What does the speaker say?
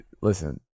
Listen